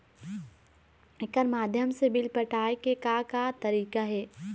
एकर माध्यम से बिल पटाए के का का तरीका हे?